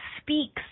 speaks